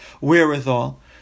wherewithal